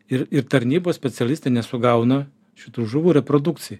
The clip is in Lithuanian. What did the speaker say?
ir ir tarnybos specialistai nesugauna šitų žuvų reprodukcijai